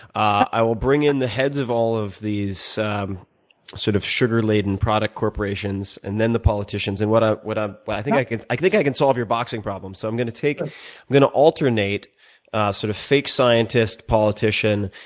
i will bring in the heads of all of these um sort of sugar laden product corporations, and then the politicians. and what ah what ah i think i like think i can solve your boxing problem. so i'm going to take i'm going to alternate sort of fake scientists, politician,